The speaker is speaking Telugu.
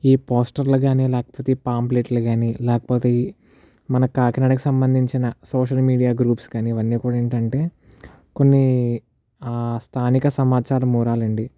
ఈ పోస్టర్లు కానీ లేకపోతే పాంప్లెట్లు కానీ లేకపోతే మన కాకినాడకు సంబంధించిన సోషల్ మీడియా గ్రూప్స్ కానీ ఇవన్నీ కూడా ఏంటంటే కొన్ని ఆ స్థానిక సమాచార మూలాలండి